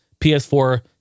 PS4